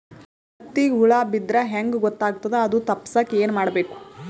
ಹತ್ತಿಗ ಹುಳ ಬಿದ್ದ್ರಾ ಹೆಂಗ್ ಗೊತ್ತಾಗ್ತದ ಅದು ತಪ್ಪಸಕ್ಕ್ ಏನ್ ಮಾಡಬೇಕು?